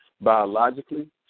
biologically